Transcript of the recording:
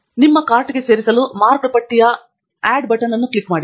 ನಿಮ್ಮ ಕಾರ್ಟ್ಗೆ ಸೇರಿಸಲು ಮಾರ್ಕ್ಡ್ ಪಟ್ಟಿಗೆ ಸೇರಿಸು ಬಟನ್ ಅನ್ನು ಕ್ಲಿಕ್ ಮಾಡಿ